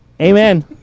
Amen